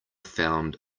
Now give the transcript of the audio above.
found